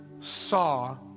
saw